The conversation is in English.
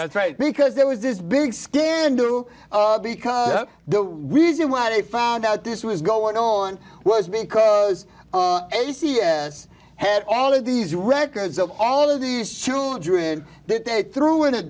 that's right because there was this big scandal because the reason why they found out this was going on was because a c s had all of these records of all of these children that they threw in a